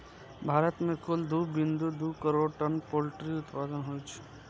भारत मे कुल दू बिंदु दू करोड़ टन पोल्ट्री उत्पादन होइ छै